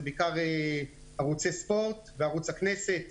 זה בעיקר ערוצי ספורט וערוץ הכנסת.